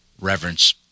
reverence